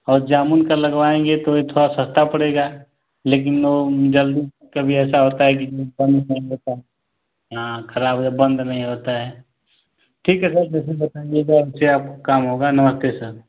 और जामुन का लगवाएंगे तो ये थोड़ा सस्ता पड़ेगा लेकीन वो जल्दी कभी ऐसा होता है की बंद नहीं होता है खराब हो जा बंद नहीं होता है ठीक है सर जैसे बताएंगे उसके हिसाब से काम होगा नमस्ते सर